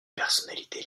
personnalités